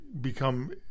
become